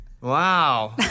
Wow